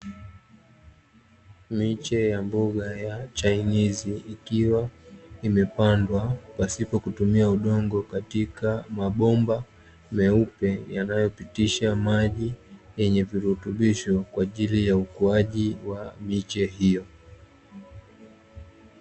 Miche ya mboga ya chainizi, ikiwa imepandwa pasipo kutumia udongo katika mabomba meupe yanayopitisha maji yenye virutubisho kwa ajili ya ukuaji wa miche hiyo.